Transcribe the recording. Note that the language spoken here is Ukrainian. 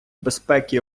безпеки